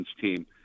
team